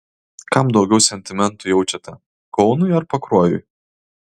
kam daugiau sentimentų jaučiate kaunui ar pakruojui